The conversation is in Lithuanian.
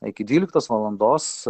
iki dvyliktos valandos